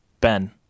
Ben